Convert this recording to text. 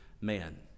man